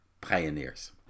pioneers